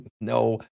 No